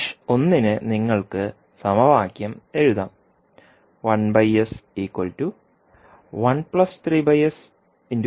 mesh 1 ന് നിങ്ങൾക്ക് സമവാക്യം എഴുതാം